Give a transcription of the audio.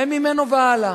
הם ממנו והלאה.